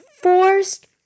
forced